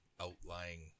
outlying